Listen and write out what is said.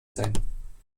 sein